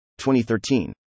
2013